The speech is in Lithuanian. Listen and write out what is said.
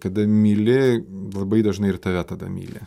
kada myli labai dažnai ir tave tada myli